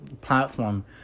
platform